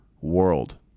world